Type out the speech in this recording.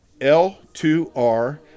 L2R